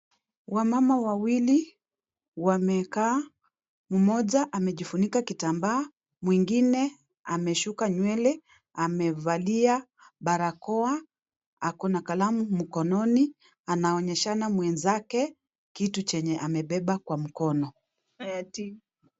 Wamama wawili wamekaa mmoja amejifunika kitambaa mwingine ameshuka nywele amevalia barakoa ako na kalamu mkononi anaonyeshana mwenzake kitu chenye amebebana kwa mkono.